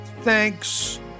thanks